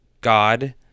God